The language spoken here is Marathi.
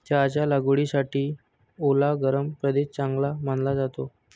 चहाच्या लागवडीसाठी ओला गरम प्रदेश चांगला मानला जातो